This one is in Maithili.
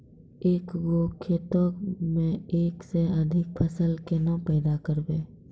एक गो खेतो मे एक से अधिक फसल केना पैदा करबै?